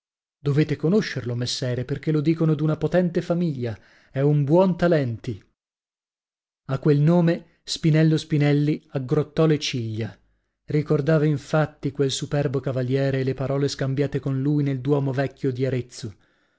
dovete conoscerlo messere perchè lo dicono d'una potente famiglia è un buontalenti a quel nome spinello spinelli aggrottò le ciglia ricordava infatti quel superbo cavaliere e le parole scambiate con lui nel duomo vecchio di arezzo